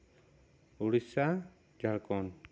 Odisha Jharkhand